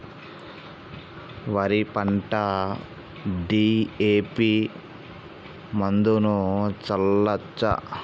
వరి పంట డి.ఎ.పి మందును చల్లచ్చా?